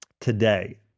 today